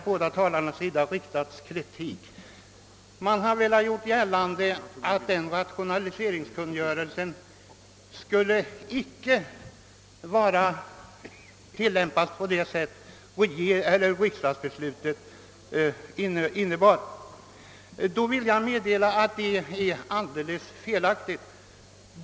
Båda talarna framförde kritik och gjorde gällande att rationaliseringskungörelsen icke skulle stå i överensstämmelse med riksdagsbeslutet. Detta är alldeles felaktigt.